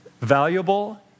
valuable